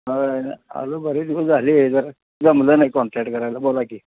होय ना आलो बरेच दिवस झाले हे जरा जमलं नाही कॉन्टॅक्ट करायला बोला की